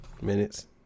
minutes